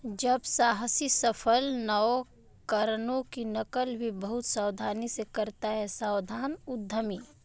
जब साहसी सफल नवकरणों की नकल भी बहुत सावधानी से करता है सावधान उद्यमी है